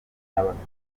n’abatwa